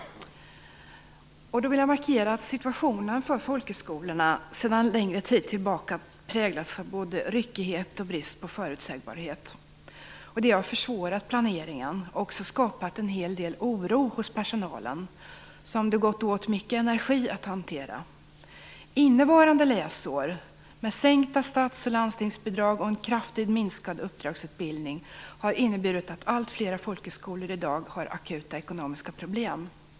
Situationen för folkhögskolorna sedan en längre tid präglats av både ryckighet och brist på förutsägbarhet. Det har försvårat planeringen och också skapat en hel del oro hos personalen som det gått åt mycket energi för att hantera. Innevarande läsår, med sänkta stats och landstingsbidrag och en kraftigt minskad uppdragsutbildning, har inneburit att alltfler folkhögskolor i dag har akuta ekonomiska problem.